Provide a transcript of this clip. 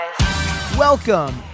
Welcome